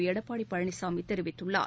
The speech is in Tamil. எடப்பாடி பழனிசாமி தெரிவித்துள்ளார்